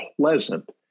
pleasant